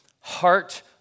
heart